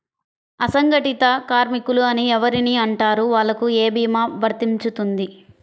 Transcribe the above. అసంగటిత కార్మికులు అని ఎవరిని అంటారు? వాళ్లకు ఏ భీమా వర్తించుతుంది?